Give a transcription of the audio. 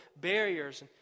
barriers